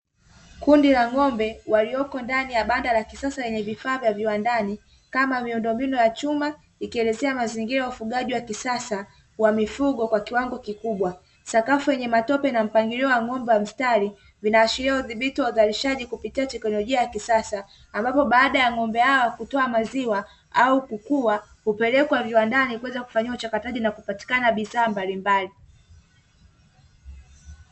Kundi la ng'ombe walioko ndani ya banda la kisasa yenye vifaa vya viwandani kama miundombinu ya chuma, ikielezea mazingira ya ufugaji wa kisasa wa mifugo kwa kiwango kikubwa sakafu yenye matope na mpangilio wa ng'ombe, mstari vinaashiria udhibiti wa uzalishaji kupitia teknolojia ya kisasa ambapo baada ya ng'ombe yao kutoa maziwa au kukua kupelekwa viwandani kuweza kufanyiwa mchakato na kupatikana bidhaa mbalimbali.